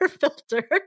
filter